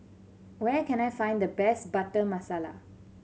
where can I find the best Butter Masala